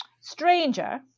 stranger